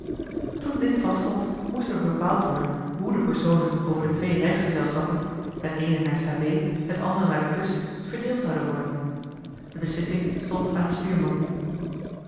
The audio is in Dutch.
toen dit vaststond moest er bepaald worden hoe de personen over de twee reisgezelschappen het eene naar salé het andere naar de kust verdeeld zouden worden de beslissing stond aan den stuurman